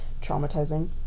Traumatizing